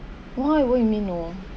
why what you mean no